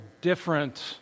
different